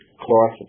cloth